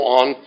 on